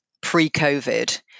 pre-COVID